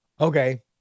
okay